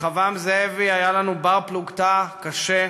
רחבעם זאבי היה לנו בר-פלוגתא קשה,